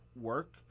work